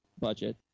budget